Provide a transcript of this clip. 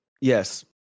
yes